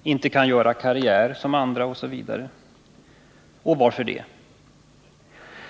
och inte kan göra karriär som andra osv. Varför är det så?